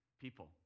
people